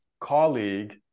colleague